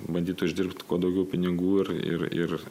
bandyt uždirbt kuo daugiau pinigų ir ir ir